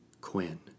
Quinn